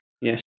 Yes